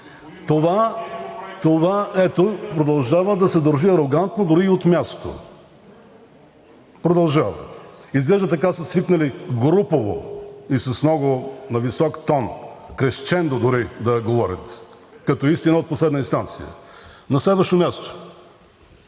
Ето, продължава да се държи арогантно дори и от място. Продължава! Изглежда така са свикнали групово и на много висок тон – кресчендо дори, да говорят, като истина от последна инстанция. На следващо място,